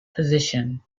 position